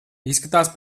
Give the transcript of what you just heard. izskatās